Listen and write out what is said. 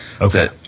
Okay